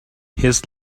his